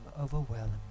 overwhelmed